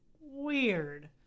Weird